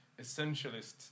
essentialist